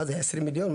מה זה, 20 מיליון?